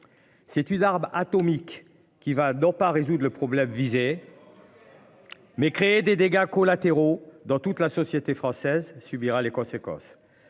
C'est une arme atomique qui va donc pas résoudre le problème visé. Mais créer des dégâts collatéraux dans toute la société française subira les conséquences.